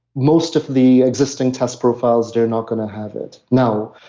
most of the existing test profiles they're not going to have it now.